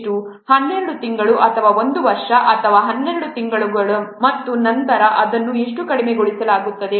12 ತಿಂಗಳುಗಳು ಅಥವಾ 1 ವರ್ಷ ಅಥವಾ 12 ತಿಂಗಳುಗಳು ಮತ್ತು ನಂತರ ಅದನ್ನು ಎಷ್ಟು ಕಡಿಮೆಗೊಳಿಸಲಾಗುತ್ತದೆ